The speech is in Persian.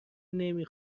نمی